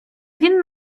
він